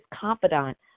confidant